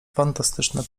fantastyczne